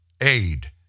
aid